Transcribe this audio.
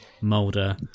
Mulder